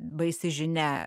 baisi žinia